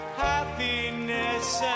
happiness